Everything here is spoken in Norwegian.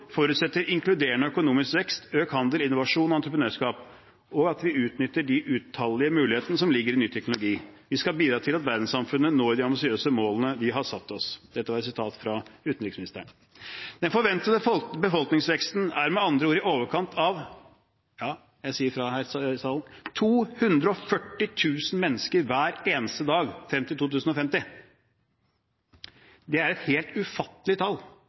forutsetter inkluderende økonomisk vekst, økt handel, innovasjon og entreprenørskap – og at vi utnytter de utallige mulighetene som ligger i ny teknologi. Vi skal bidra til at verdenssamfunnet når de ambisiøse målene vi har satt oss.» Dette var et sitat fra utenriksministeren. Den forventede befolkningsveksten er med andre ord i overkant av – ja, jeg sier fra her i salen – 240 000 mennesker hver eneste dag frem til 2050. Det er et helt ufattelig tall.